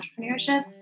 entrepreneurship